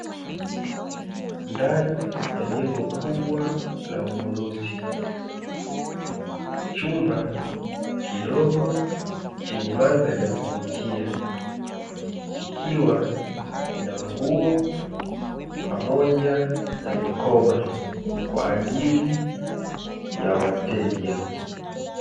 Ndani ya jengo kubwa la ununuzi chumba kidogo cha ununuzi